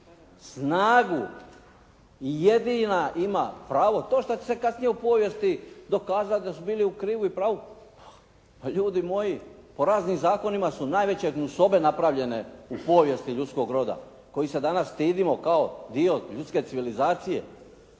snagu i jedina ima pravo. To što će se kasnije u povijesti dokazati da su bili u krivu i pravu, pa ljudi moji, po raznim zakonima su najveće gnusobe napravljene u povijesti ljudskog roda, kojih se danas stidimo kao dio ljudske civilizacije.